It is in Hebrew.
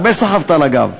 הרבה סחבתְ על הגב.